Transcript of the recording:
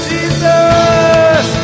Jesus